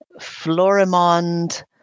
Florimond